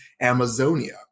Amazonia